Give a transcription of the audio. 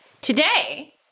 today